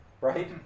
right